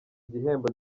igihembo